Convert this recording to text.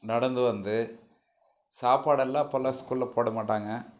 நடந்து வந்து சாப்பாடு எல்லாம் அப்போல்லாம் ஸ்கூலில் போட மாட்டாங்க